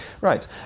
Right